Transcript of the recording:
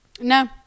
No